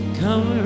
come